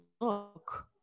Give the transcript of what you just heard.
look